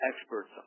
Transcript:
experts